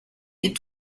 est